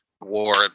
War